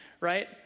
right